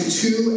two